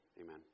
Amen